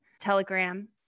telegram